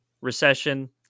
recession